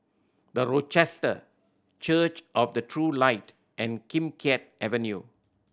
The Rochester Church of the True Light and Kim Keat Avenue